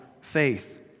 faith